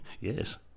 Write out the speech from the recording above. Yes